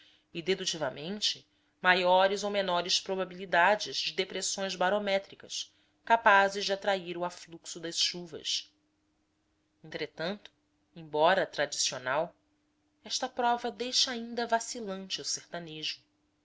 e dedutivamente maiores ou menores probabilidades de depressões barométricas capazes de atrair o afluxo das chuvas entretanto embora tradicional esta prova deixa vacilante o sertanejo